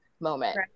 moment